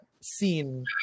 scene